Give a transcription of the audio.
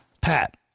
Pat